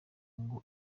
ngo